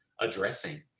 addressing